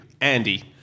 Andy